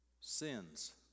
sins